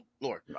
Lord